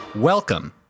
Welcome